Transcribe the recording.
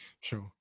Sure